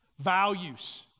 values